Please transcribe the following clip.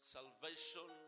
Salvation